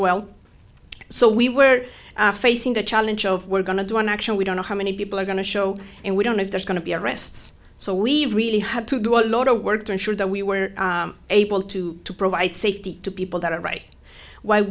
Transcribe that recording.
well so we were facing the challenge of we're going to do an action we don't know how many people are going to show and we don't know if there's going to be arrests so we've really had to do a lot of work to ensure that we were able to provide safety to people that are right why